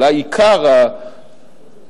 אולי עיקר הרווחים,